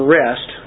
rest